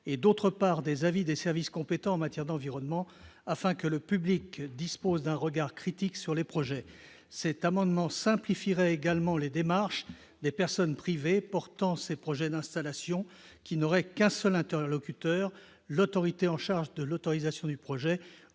et d'autre part des avis des services compétents en matière d'environnement afin que le public dispose d'un regard critique sur les projets, c'est amendement simplifierait également les démarches des personnes privées, portant ses projets d'installation qui n'aurait qu'un seul interlocuteur, l'autorité en charge de l'autorisation du projet